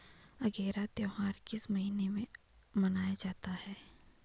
अगेरा त्योहार किस महीने में मनाया जाता है?